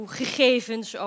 gegevens